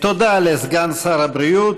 תודה לסגן שר הבריאות.